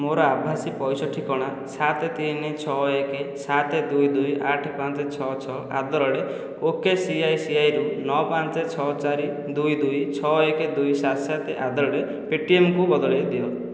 ମୋର ଆଭାସୀ ଠିକଣା ସାତ ତିନି ଛଅ ଏକ ସାତ ଦୁଇ ଦୁଇ ଆଠ ପାଞ୍ଚ ଛଅ ଛଅ ଓକେସିଆଇସିଆଇରୁ ନଅ ପାଞ୍ଚ ଛଅ ଚାରି ଦୁଇ ଦୁଇ ଛଅ ଏକ ଦୁଇ ସାତ ସାତ ପେଟିଏମ୍କୁ ବଦଳାଇ ଦିଅ